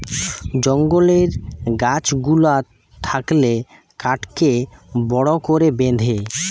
জঙ্গলের গাছ গুলা থাকলে কাঠকে বড় করে বেঁধে